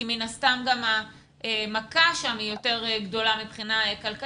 כי מן הסתם גם המכה שם היא יותר גדולה מבחינה כלכלית,